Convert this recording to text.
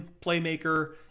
playmaker